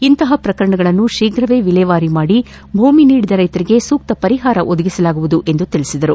ಇಂತಪ ಶ್ರಕರಣಗಳನ್ನು ತೀಪ್ರವೇ ವಿಲೇವಾರಿ ಮಾಡಿ ಭೂಮಿ ನೀಡಿದ ರೈತರಿಗೆ ಸೂಕ್ತ ಪರಿಹಾರ ಒದಗಿಸಲಾಗುವುದು ಎಂದು ತಿಳಿಸಿದರು